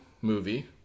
movie